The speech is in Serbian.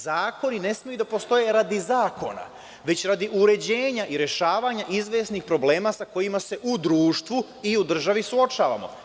Zakoni ne smeju da postoje radi zakona, već radi uređenja i rešavanja izvesnih problema sa kojima se u društvu i u državi suočavamo.